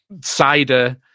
Cider